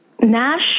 Nash